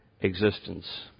existence